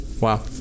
Wow